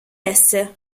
esse